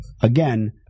again